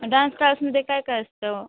dance क्लासमध्ये काय काय असतं